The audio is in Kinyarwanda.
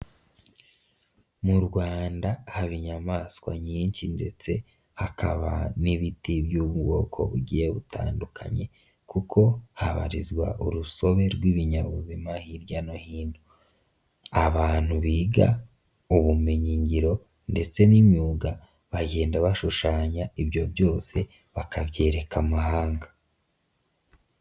Mu Rwanda haba inyamaswa nyinshi ndetse hakaba n'ibiti by'ubwoko bugiye butandukanye kuko habarizwa urusobe rw'ibinyabuzima hirya no hino. Abantu biga ubumenyingiro ndetse n'imyuga bagenda bashushanya ibyo byose bakabyereka amahanga.